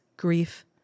grief